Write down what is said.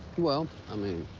well, i mean.